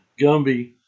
Gumby